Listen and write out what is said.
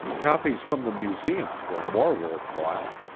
copies from the museums were more worth while.